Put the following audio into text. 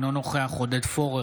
אינו נוכח עודד פורר,